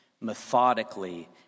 methodically